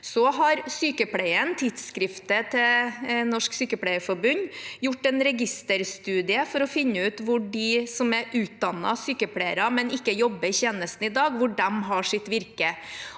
tidsskriftet til Norsk Sykepleierforbund, har gjort en registerstudie for å finne ut hvor de som er utdannet sykepleiere, men ikke jobber i tjenesten i dag, har sitt virke.